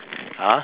!huh!